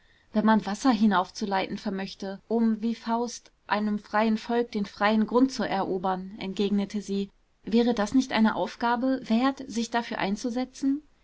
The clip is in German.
wenn man wasser hinaufzuleiten vermöchte um wie faust einem freien volk den freien grund zu erobern entgegnete sie wäre das nicht eine aufgabe wert sich dafür einzusetzen